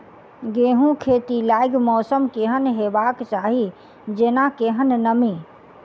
गेंहूँ खेती लागि मौसम केहन हेबाक चाहि जेना केहन नमी?